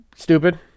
stupid